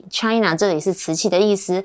China这里是瓷器的意思